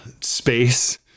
space